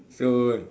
so